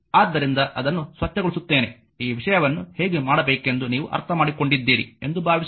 ಆದ್ದರಿಂದ ಅದನ್ನು ಸ್ವಚ್ಛಗೊಳಿಸುತ್ತೇನೆ ಈ ವಿಷಯವನ್ನು ಹೇಗೆ ಮಾಡಬೇಕೆಂದು ನೀವು ಅರ್ಥಮಾಡಿಕೊಂಡಿದ್ದೀರಿ ಎಂದು ಭಾವಿಸುತ್ತೇವೆ